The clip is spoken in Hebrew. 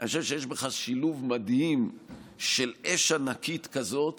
אני חושב שיש בך שילוב מדהים של אש ענקית כזאת